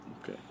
Okay